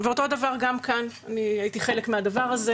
ואותו דבר גם כאן, אני הייתי חלק מהדבר הזה.